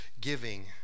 giving